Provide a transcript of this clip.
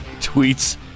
tweets